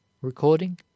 Recording